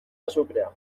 azukrea